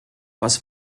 was